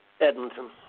Edmonton